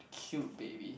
cute baby